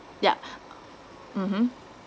yeah mmhmm